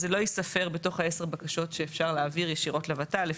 זה לא ייספר בתוך עשר הבקשות שאפשר להעביר ישירות לות"ל,